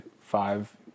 five